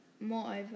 moreover